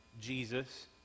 Jesus